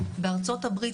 בארצות הברית,